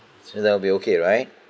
so they'll be okay right